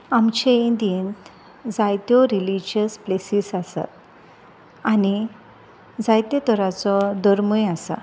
आमचे इडियेंत जायत्यो रिलिजियस प्लेसीस आसात आनी जायते तरचो धर्मय आसा